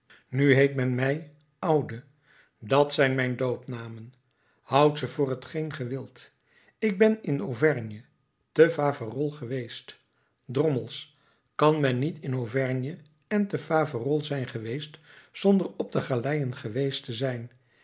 nu heet men mij oude dat zijn mijn doopnamen houdt ze voor hetgeen ge wilt ik ben in auvergne te faverolles geweest drommels kan men niet in auvergne en te faverolles zijn geweest zonder op de galeien geweest te zijn